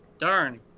darn